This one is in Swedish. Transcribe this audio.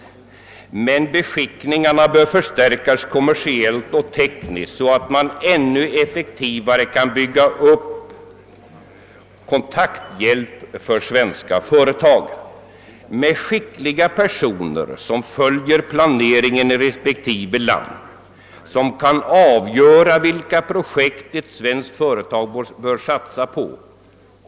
Men beskickningarna bör förstärkas kommersiellt och tekniskt så att man ännu effektivare kan bygga upp kontakthjälp för svenska företag. Med skickliga personer som följer planeringen i respektive land. Som vet vad som händer i ministerier, tekniska kommittéer och akademier. Som kan avgöra vilka projekt ett svenskt företag bör satsa på.